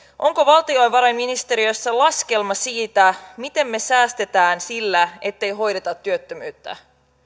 onko valtiovarainministeriössä laskelma siitä miten me säästämme sillä ettei hoideta työttömyyttä